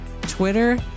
Twitter